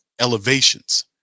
elevations